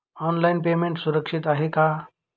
Online payment सुरक्षित आहे का?